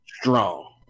strong